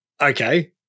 okay